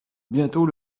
bientôt